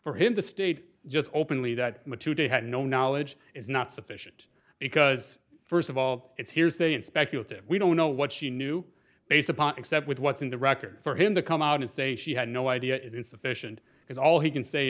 for him to state just openly that they had no knowledge is not sufficient because first of all it's hearsay and speculative we don't know what she knew based upon except with what's in the record for him to come out and say she had no idea is insufficient because all he can say